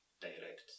direct